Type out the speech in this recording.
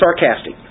sarcastic